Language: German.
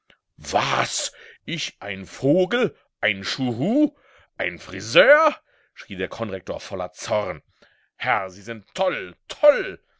was ich ein vogel ein schuhu ein friseur schrie der konrektor voller zorn herr sie sind toll toll